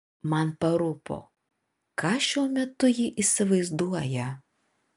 man parūpo ką šiuo metu ji įsivaizduoja